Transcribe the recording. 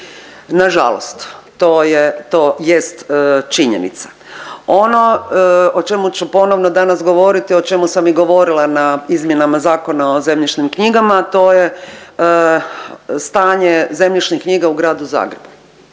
To je, to jest činjenica. Ono o čemu ću ponovno danas govoriti, o čemu sam i govorila na izmjenama Zakona o zemljišnim knjigama, a to je stanje zemljišnih knjiga u gradu Zagrebu.